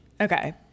Okay